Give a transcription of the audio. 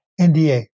NDA